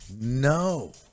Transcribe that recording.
No